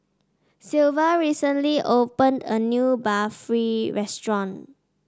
Silvia recently open a new Barfi Restaurant